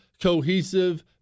cohesive